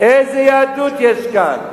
איזו יהדות יש כאן?